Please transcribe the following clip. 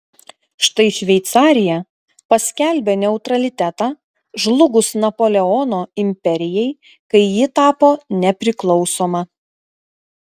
štai šveicarija paskelbė neutralitetą žlugus napoleono imperijai kai ji tapo nepriklausoma